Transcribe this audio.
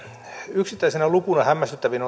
yksittäisenä lukuna hämmästyttävin